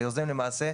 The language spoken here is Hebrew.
היוזם, למעשה,